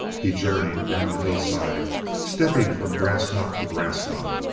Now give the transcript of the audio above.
he journeyed down the hillside stepping from grass knot to grass knot.